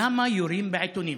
למה יורים בעיתונאים?